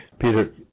Peter